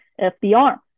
FDR